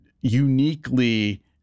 uniquely